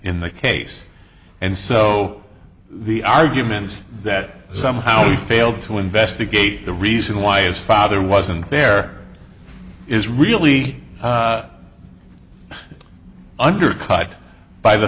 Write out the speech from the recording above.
in the case and so the argument that somehow he failed to investigate the reason why his father wasn't there is really undercut by the